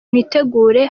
mwitegure